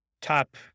top